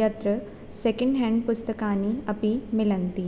यत्र second hand पुस्तकानि अपि मिलन्ति